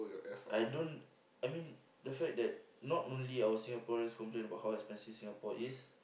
I don't I mean the fact that not only our Singaporeans complain bout how expensive Singapore is